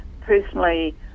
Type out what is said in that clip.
Personally